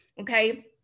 okay